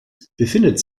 befindet